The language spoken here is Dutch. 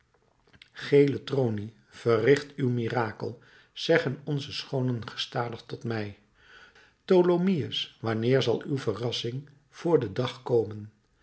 gele tronie verricht uw mirakel zeggen onze schoonen gestadig tot mij tholomyès wanneer zal uw verrassing voor den dag komen